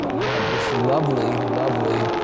have this lovely, lovely